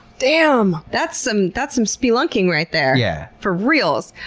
damn! that's some that's some spelunking right there! yeah for reals!